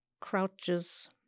crouches